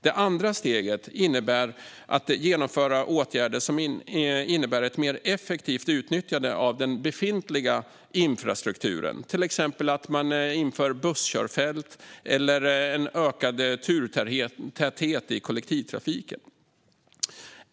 Det andra steget innebär att man vidtar åtgärder som innebär ett mer effektivt utnyttjande av den befintliga infrastrukturen, till exempel att man inför busskörfält eller ökad turtäthet i kollektivtrafiken.